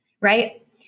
right